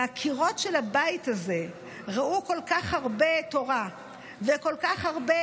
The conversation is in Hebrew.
הקירות של הבית הזה ראו כל כך הרבה תורה וכל כך הרבה